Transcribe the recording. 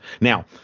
Now